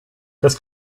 das